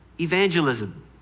evangelism